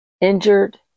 injured